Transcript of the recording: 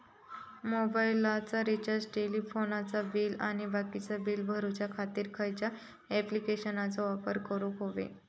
मोबाईलाचा रिचार्ज टेलिफोनाचा बिल आणि बाकीची बिला भरूच्या खातीर खयच्या ॲप्लिकेशनाचो वापर करूक होयो?